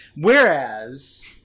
Whereas